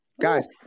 Guys